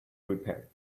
repaired